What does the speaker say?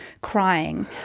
crying